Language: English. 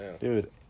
dude